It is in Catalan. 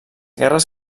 guerres